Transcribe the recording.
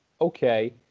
okay